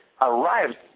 arrived